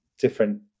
different